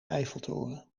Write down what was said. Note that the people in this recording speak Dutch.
eiffeltoren